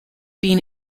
been